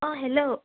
অঁ হেল্ল'